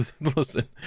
listen